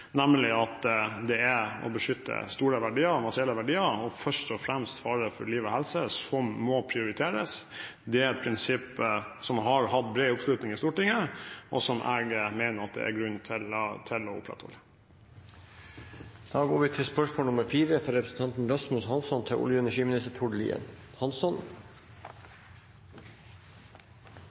nemlig at det er det å beskytte store materielle verdier og først og fremst liv og helse som må prioriteres. Det er et prinsipp som har hatt bred oppslutning i Stortinget, og som jeg mener det er grunn til å